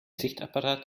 sichtapparat